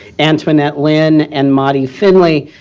antoinette lin, and mode finley.